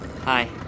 Hi